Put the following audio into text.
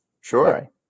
Sure